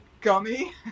gummy